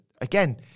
again